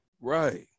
Right